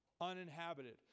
uninhabited